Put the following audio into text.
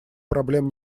проблем